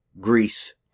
Greece